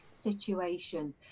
situation